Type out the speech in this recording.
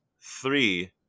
three